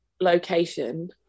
location